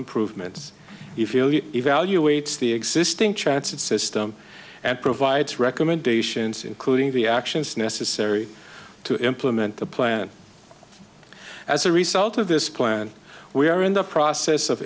improvements if you evaluates the existing chances system and provides recommendations including the actions necessary to implement the plan as a result of this plan we are in the process of